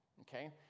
okay